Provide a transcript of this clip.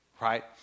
right